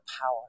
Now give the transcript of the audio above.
power